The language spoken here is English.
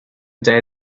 day